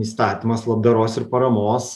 įstatymas labdaros ir paramos